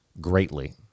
greatly